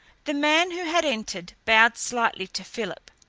the man who had entered bowed slightly to philip.